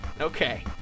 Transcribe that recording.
Okay